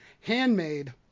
handmade